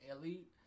Elite